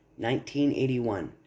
1981